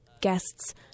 Guests